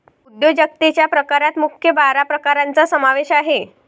उद्योजकतेच्या प्रकारात मुख्य बारा प्रकारांचा समावेश आहे